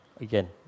Again